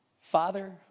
Father